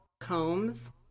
Combs